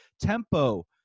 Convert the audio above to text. Tempo